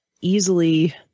easily